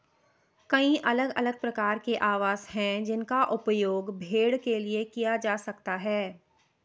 कई अलग अलग प्रकार के आवास हैं जिनका उपयोग भेड़ के लिए किया जा सकता है